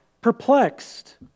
Perplexed